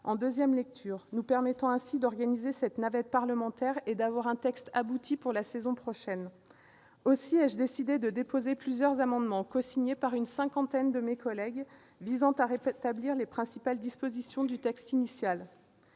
en deuxième lecture, nous permettant ainsi d'organiser cette navette parlementaire et d'avoir un texte abouti pour la saison prochaine. Aussi ai-je décidé de déposer plusieurs amendements, cosignés par une cinquantaine de mes collègues, visant à rétablir les principales dispositions du texte initial.